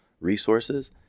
resources